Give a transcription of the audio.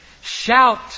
Shout